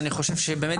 שאני חושב שבאמת,